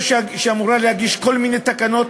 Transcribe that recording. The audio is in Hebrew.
שאמורה להגיש כל מיני תקנות,